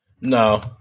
No